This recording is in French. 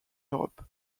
europe